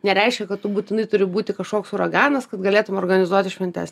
nereiškia kad tu būtinai turi būti kažkoks uraganas kad galėtum organizuoti šventes